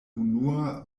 unua